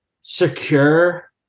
secure